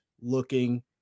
looking